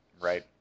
Right